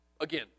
Again